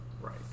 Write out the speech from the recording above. Right